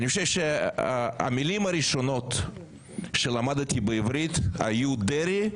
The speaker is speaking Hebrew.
אני חושב שהמילים הראשונות שלמדתי בעברית היו דרעי,